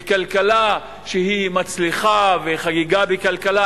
מכלכלה שהיא מצליחה וחגיגה בכלכלה,